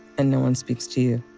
and no one speaks to you.